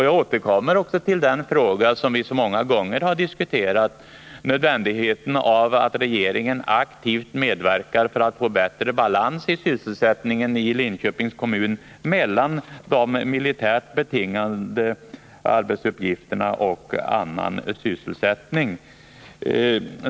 Jag återkommer också till den fråga som vi så många gånger har diskuterat, nödvändigheten av att regeringen aktivt medverkar för att få en bättre balans i sysselsättningen i Linköpings kommun mellan de militärt betingade arbetsuppgifterna och annan sysselsättning.